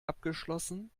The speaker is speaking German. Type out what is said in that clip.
abgeschlossen